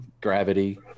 Gravity